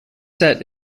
set